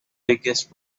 highest